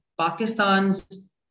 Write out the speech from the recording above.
Pakistan's